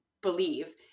believe